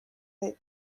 est